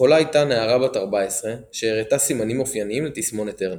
החולה הייתה נערה בת 14 שהראתה סימנים אופייניים לתסמונת טרנר.